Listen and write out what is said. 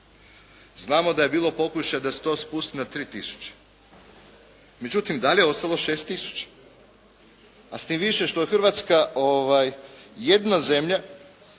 Znamo da je bilo pokušaja da se to spusti na 3 tisuće. Međutim, i dalje je ostalo 6 tisuća, a s tim više što je Hrvatska jedna zemlja